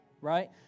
right